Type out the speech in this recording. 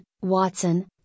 Watson